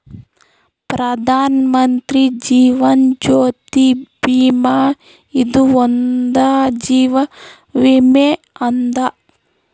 ಪ್ರಧಾನ್ ಮಂತ್ರಿ ಜೀವನ್ ಜ್ಯೋತಿ ಭೀಮಾ ಇದು ಒಂದ ಜೀವ ವಿಮೆ ಅದ